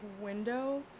window